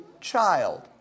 child